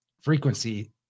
frequency